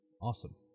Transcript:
awesome